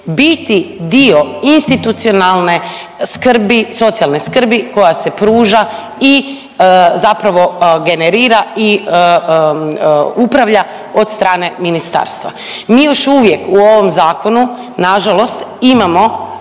biti dio institucionalne, skrbi socijalne skrbi koja se pruža i zapravo generira i upravlja od strane ministarstva. Mi još uvijek u ovom zakonu nažalost imamo